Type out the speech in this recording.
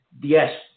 yes